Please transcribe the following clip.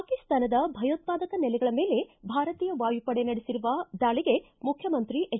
ಪಾಕಿಸ್ತಾನದ ಭಯೋತ್ಪಾದಕ ನೆಲೆಗಳ ಮೇಲೆ ಭಾರತೀಯ ವಾಯುಪಡೆ ನಡೆಸಿರುವ ದಾಳಗೆ ಮುಖ್ಯಮಂತ್ರಿ ಎಚ್